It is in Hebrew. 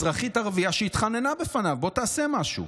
אזרחית ערבייה, שהתחננה בפניו: בוא, תעשה משהו.